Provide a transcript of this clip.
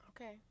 Okay